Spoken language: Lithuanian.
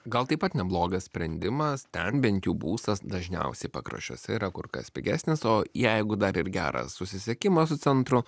gal taip pat neblogas sprendimas ten bent jau būstas dažniausiai pakraščiuose yra kur kas pigesnis o jeigu dar ir geras susisiekimas su centru